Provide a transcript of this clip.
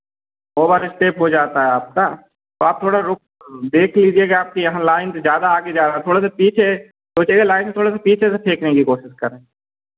over step हो जाता है आपका तो आप थोड़ा रुक देख लीजिएगा आपके यहाँ लाइन ज़्यादा आगे जा रहा है थोड़ा सा पीछे सोचेगा लाइन थोड़ा सा पीछे से फेंकने की कोशिश करें